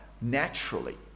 naturally